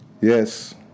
Yes